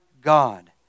God